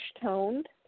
toned